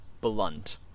blunt